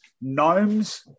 Gnomes